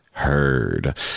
heard